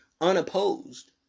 unopposed